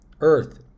Earth